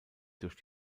durch